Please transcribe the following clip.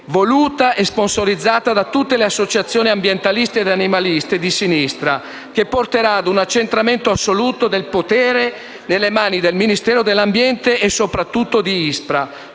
voluta e sponsorizzata da tutte le associazioni ambientaliste e animaliste di sinistra, che porterà a un accentramento assoluto del potere nelle mani del Ministero dell'ambiente e della tutela